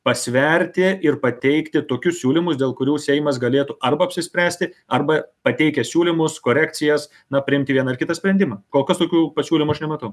pasverti ir pateikti tokius siūlymus dėl kurių seimas galėtų arba apsispręsti arba pateikę siūlymus korekcijas na priimti vieną ar kitą sprendimą kol kas tokių pasiūlymų aš nematau